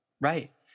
Right